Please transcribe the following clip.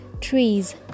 trees